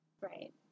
Right